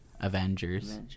avengers